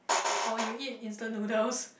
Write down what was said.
oh you eat instant noodles